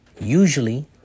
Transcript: Usually